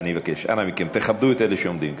אני מבקש, אנא מכם, תכבדו את אלה שעומדים כאן.